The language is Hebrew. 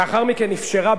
לאחר מכן אפשרה,